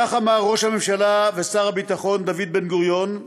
כך אמר ראש הממשלה ושר הביטחון דוד בן-גוריון,